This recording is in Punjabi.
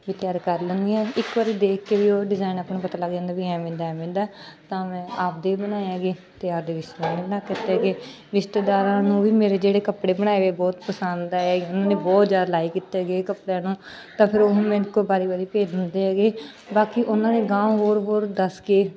ਵੀ ਤਿਆਰ ਕਰ ਲੈਂਦੀ ਹਾਂ ਇੱਕ ਵਾਰੀ ਦੇਖ ਕੇ ਵੀ ਉਹ ਡਿਜ਼ਾਇਨ ਆਪਾਂ ਨੂੰ ਪਤਾ ਲੱਗ ਜਾਂਦਾ ਵੀ ਐਵੇਂ ਦਾ ਐਵੇਂ ਦਾ ਤਾਂ ਮੈਂ ਆਪਦੇ ਬਣਾਏ ਹੈਗੇ ਅਤੇ ਆਪਦੇ ਰਿਸ਼ਤੇਦਾਰਾਂ ਨੂੰ ਬਣਾ ਕੇ ਦਿਤੇ ਹੈਗੇ ਰਿਸ਼ਤੇਦਾਰਾਂ ਨੂੰ ਵੀ ਮੇਰੇ ਜਿਹੜੇ ਕੱਪੜੇ ਬਣਾਏ ਹੋਏ ਬਹੁਤ ਪਸੰਦ ਆਏ ਉਹਨਾਂ ਨੇ ਬਹੁਤ ਜ਼ਿਆਦਾ ਲਾਇਕ ਕੀਤੇ ਹੈਗੇ ਕੱਪੜਿਆਂ ਨੂੰ ਤਾਂ ਫਿਰ ਉਹ ਮੇਰੇ ਕੋਲ ਵਾਰੀ ਵਾਰੀ ਭੇਜ ਦਿੰਦੇ ਹੈਗੇ ਬਾਕੀ ਉਹਨਾਂ ਦੇ ਗਾਂਹ ਹੋਰ ਹੋਰ ਦੱਸ ਕੇ